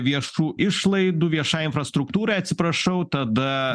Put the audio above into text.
viešų išlaidų viešai infrastruktūrai atsiprašau tad